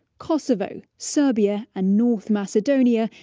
kosovo, serbia, and north macedonia,